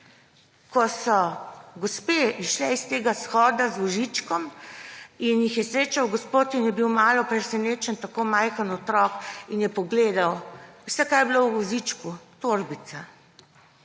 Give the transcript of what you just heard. ko so gospe šle s tega shoda z vozičkom in jih je srečal gospod in je bil malo presenečen − tako majhen otrok − in je pogledal. Veste, kaj je bilo v vozičku? Torbica!